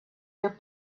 your